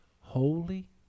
Holy